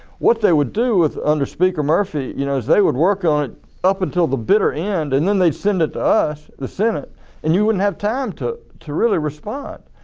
what they would do with under speaker murphy you know is they would work on it up until the bitter end and then they'd send it to us the senate and you wouldn't have time to to really respond.